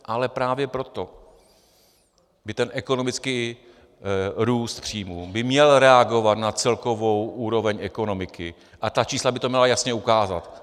Ale právě proto by ten ekonomický růst příjmů měl reagovat na celkovou úroveň ekonomiky a ta čísla by to měla jasně ukázat.